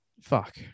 Fuck